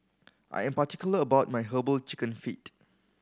I am particular about my Herbal Chicken Feet